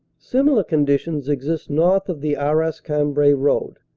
similar conditions exist north of the arras-cambrai road,